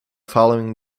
following